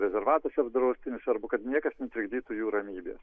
rezervatas ar draustinis svarbu kad niekas netrikdytų jų ramybės